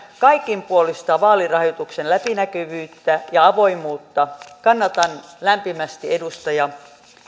kaikinpuolista vaalirahoituksen läpinäkyvyyttä ja avoimuutta kannatan lämpimästi edustaja